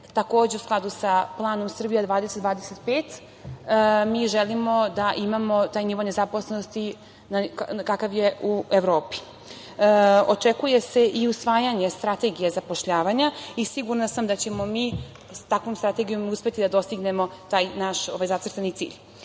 Takođe u skladu sa planom „Srbija 20-25“ mi želimo da imamo taj nivo nezaposlenosti kakav je u Evropi. Očekuje se i usvajanje strategije zapošljavanja i sigurna sam da ćemo mi sa takvom strategijom uspeti da dostignemo taj naš zacrtani